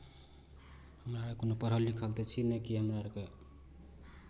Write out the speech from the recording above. हमरा आर कोनो पढ़ल लिखल तऽ छी नहि कि हमरा आरके